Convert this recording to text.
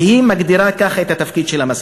והיא מגדירה כך את התפקיד של המזכיר: